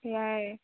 সেইয়াই